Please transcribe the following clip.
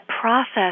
process